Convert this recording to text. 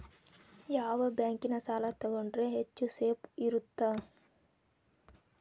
ಯಾವ ಬ್ಯಾಂಕಿನ ಸಾಲ ತಗೊಂಡ್ರೆ ಹೆಚ್ಚು ಸೇಫ್ ಇರುತ್ತಾ?